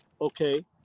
okay